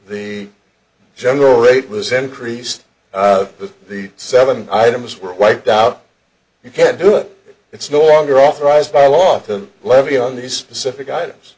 the general rate was increased with the seven items were wiped out you can't do it it's no longer authorized by law to levy on the specific items